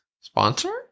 Sponsor